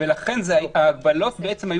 זה בסעיף 7. כן, ההגבלות היו